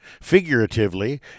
Figuratively